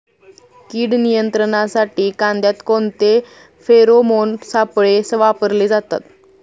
कीड नियंत्रणासाठी कांद्यात कोणते फेरोमोन सापळे वापरले जातात?